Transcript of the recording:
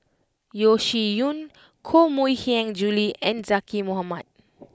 Yeo Shih Yun Koh Mui Hiang Julie and Zaqy Mohamad